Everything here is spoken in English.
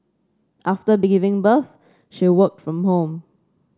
after giving birth she worked from home